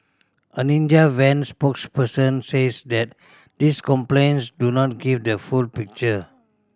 a Ninja Van spokesperson says that these complaints do not give the full picture